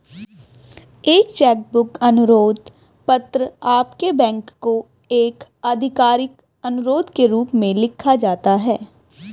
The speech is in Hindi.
एक चेक बुक अनुरोध पत्र आपके बैंक को एक आधिकारिक अनुरोध के रूप में लिखा जाता है